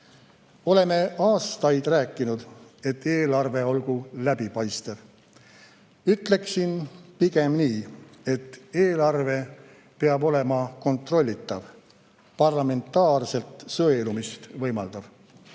Oleme aastaid rääkinud, et eelarve olgu läbipaistev. Ütleksin pigem nii, et eelarve peab olema kontrollitav, parlamentaarset sõelumist võimaldav.